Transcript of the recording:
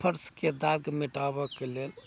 फर्शके दाग मिटाबयके लेल